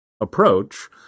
approach